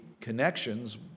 connections